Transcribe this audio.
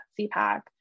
CPAC